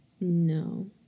No